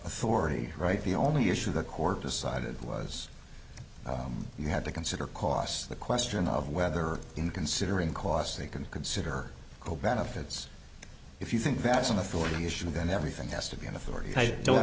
authority right the only issue the court decided was you have to consider costs the question of whether in considering costs they can consider co benefits if you think that some authority should then everything has to be an authority i don't